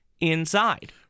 inside